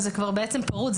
זה בעצם פרוץ,